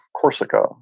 Corsica